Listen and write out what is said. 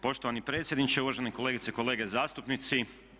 Poštovani predsjedniče, uvažene kolegice i kolege zastupnici.